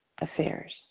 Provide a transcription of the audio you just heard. affairs